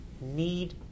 need